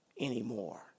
anymore